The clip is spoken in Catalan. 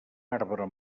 arbre